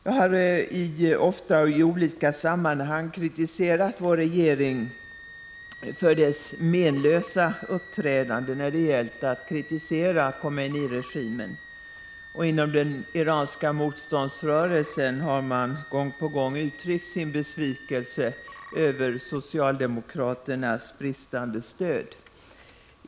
Jag har ofta i skilda sammanhang klandrat regeringen för dess menlösa uppträdande när det gäller att kritisera Khomeiny-regimen. Och inom den iranska motståndsrörelsen har man gång på gång uttryckts sin besvikelse över socialdemokraternas bristande stöd.